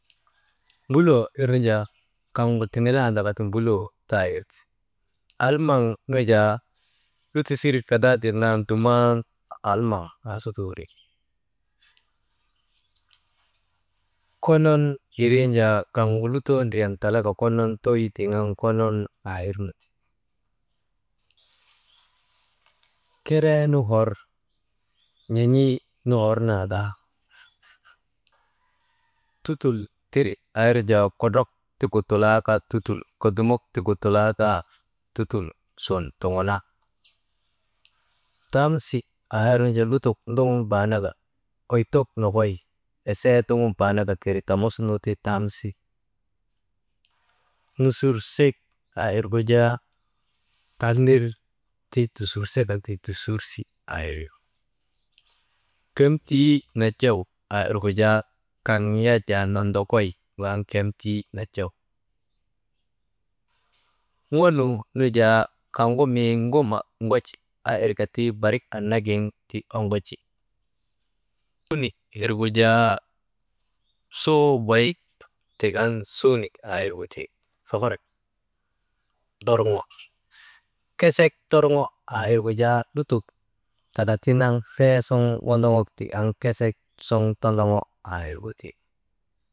Mbuloo irnu jaa kaŋgu tinilandakati mbuloo tawir ti, almaŋ wirnu jaa lutisir kadaaden nan dumnan almaŋ aasuta wuri, konon irin jaa kaŋgu lutoo ndriyan talaka konon tuy tiŋ andaka konon aa irnu ti, keree nu hor n̰en̰ii nu hor nandaa, tutul tiri aa irnu jaa kodrok ti gutulaa kaa tutul tiri kodomok ti kutulaa kaa tutul sun tuŋuna, tamsi aa irnu jaa lutok dromsum baanaka oytok nokoy esee mdoŋun baanaka keri tamus nu ti tamsi, nusursek aa irgu jaa, tal ner tusur seka ti tusursi aa iri, kemtii najay aa irgu jaa kaŋ yak jaa nondokoy gu an kemtii najaw ŋonuu nu jaa kaŋgu mii ŋuma ŋoji, irka ti barik annagin ti oŋoji, sunikirgu jaa suu wak tik an sunik irgu ti, fafarak torŋo, kesek torŋo aa irgu jaa lutok taka ti naŋ feesuŋ wondoŋok tik an kesek suŋ tondoŋo aa irgu ti.